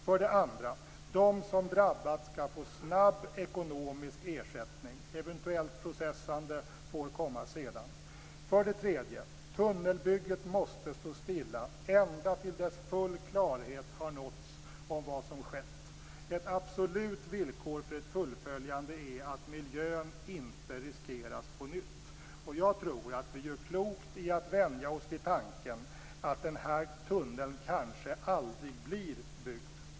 För det andra: De som drabbats skall få snabb ekonomisk ersättning. Eventuellt processande får komma sedan. För det tredje: Tunnelbygget måste stå stilla ända till dess full klarhet har nåtts om vad som skett. Ett absolut villkor för ett fullföljande är att miljön inte riskeras på nytt. Jag tror att vi gör klokt i att vänja oss vid tanken att den här tunneln kanske aldrig blir byggd.